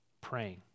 Praying